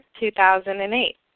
2008